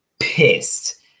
pissed